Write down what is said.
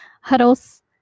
huddles